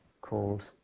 called